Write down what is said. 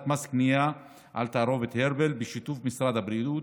מס קנייה על תערובת "הרבל" בשיתוף משרד הבריאות.